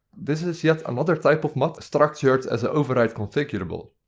this is yet another type of mod structured as a override configurable.